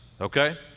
okay